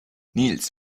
nils